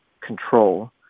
control